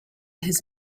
his